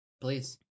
Please